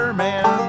man